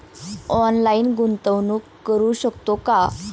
Online गुंतवणूक करू शकतो का?